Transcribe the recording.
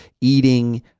eating